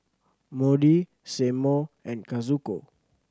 Maudie Seymour and Kazuko